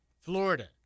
Florida